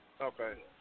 Okay